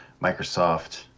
Microsoft